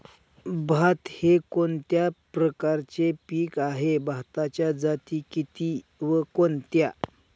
भात हे कोणत्या प्रकारचे पीक आहे? भाताच्या जाती किती व कोणत्या?